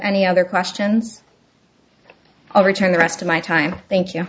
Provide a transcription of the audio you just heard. any other questions i'll return the rest of my time thank you